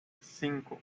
cinco